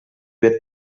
per